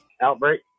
outbreak